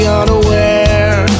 unaware